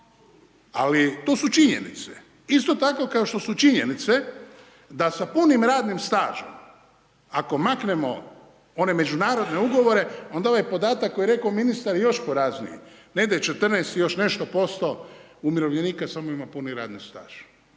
Ali to su činjenice, isto tako kao što su činjenice da sa punim radnim stažom, ako maknemo one međunarodne ugovore, onda ovaj podatak koji je rekao ministar još porazniji. Negdje 14 i još nešto posto umirovljenika samo ima puni radni staž.